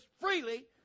freely